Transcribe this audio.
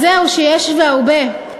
אז זהו שיש, והרבה.